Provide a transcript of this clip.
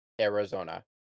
Arizona